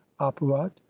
apuat